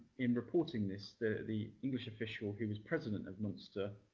in reporting this, the the english official who was president of munster,